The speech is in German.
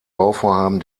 bauvorhaben